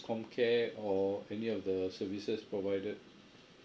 comcare or any of the services provided